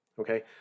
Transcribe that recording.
Okay